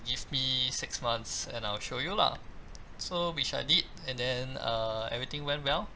give me six months and I'll show you lah so which I did and then uh everything went well